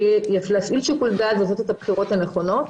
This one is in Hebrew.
להפעיל שיקול דעת ולעשות את הבחירות הנכונות.